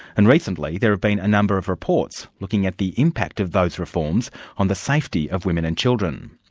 and recently there have been a number of reports looking at the impact of those reforms on the safety of women and children.